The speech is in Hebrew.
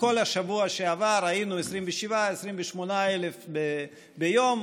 בכל השבוע שעבר היינו עם 27,000 28,000 ביום.